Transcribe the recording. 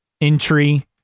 entry